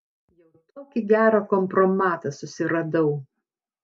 jau tokį gerą kompromatą susiradau